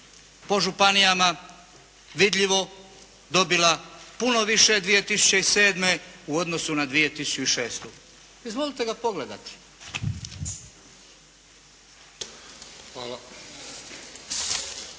po županijama vidljivo dobila puno više 2007. u odnosu na 2006. Izvolite ga pogledati.